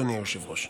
אדוני היושב-ראש.